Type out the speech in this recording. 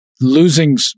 losing